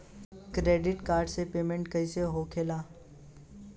Credit card से payment कईसे होखेला?